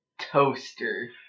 Toaster